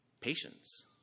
patience